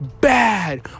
bad